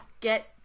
get